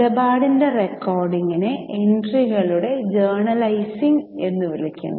ഇടപാടിന്റെ റെക്കോർഡിംഗിനെ എൻട്രികളുടെ ജേണലൈസിംഗ് എന്ന് വിളിക്കുന്നു